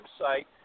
website